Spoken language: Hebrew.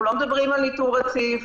אנחנו לא מדברים על ניטור רציף,